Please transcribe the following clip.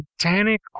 satanic